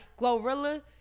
Glorilla